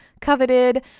coveted